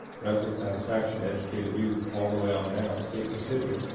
resident satisfaction, educated youth, all the way on down, safer city.